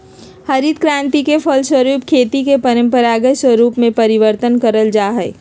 हरित क्रान्ति के फलस्वरूप खेती के परम्परागत स्वरूप में परिवर्तन करल जा हइ